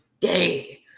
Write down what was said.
day